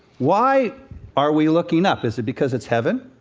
why are we looking up? is it because it's heaven?